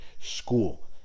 school